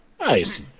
Nice